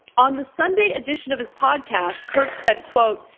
on the sunday edition of his podcast, kirk said quote,